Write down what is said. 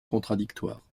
contradictoires